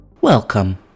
Welcome